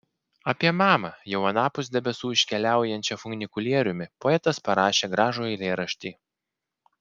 apie mamą jau anapus debesų iškeliaujančią funikulieriumi poetas parašė gražų eilėraštį